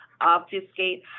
obfuscate